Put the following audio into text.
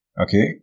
okay